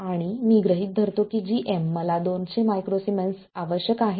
आणि मी गृहित धरतो की gm मला 200 µS आवश्यक आहे